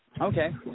Okay